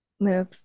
move